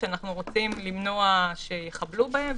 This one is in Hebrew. שאנחנו רוצים למנוע שיחבלו בהם,